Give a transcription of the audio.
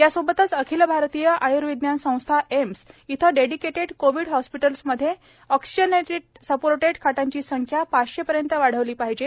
यासोबतच अखिल भारतीय आय्विज्ञान संस्था एम्स येथे डेडिकेटेड कोवीड हॉस्पिटल मध्ये ऑक्सिजननेटेड सपोर्टेड बेडची संख्या पाचशे पर्यंत वाढवली पाहिजे